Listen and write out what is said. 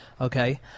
okay